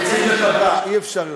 אי-אפשר יותר.